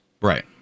Right